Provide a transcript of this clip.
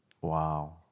Wow